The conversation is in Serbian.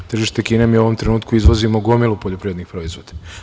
Na tržište Kine u ovom trenutku izvozimo gomilu poljoprivrednih proizvoda.